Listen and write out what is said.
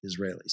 Israelis